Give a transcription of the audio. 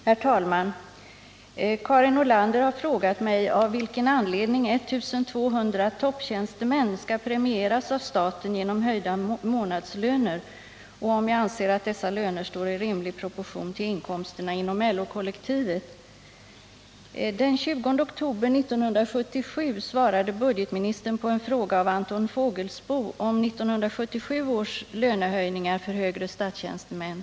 Herr talman! Karin Nordlander har frågat mig av vilken anledning 1200 topptjänstemän skall premieras av staten genom höjda månadslöner och om jag anser att dessa löner står i rimlig proportion till inkomsterna inom LO kollektivet. Den 20 oktober 1977 svarade budgetministern på en fråga av Anton Fågelsbo om 1977 års lönehöjningar för högre statstjänstemän.